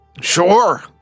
Sure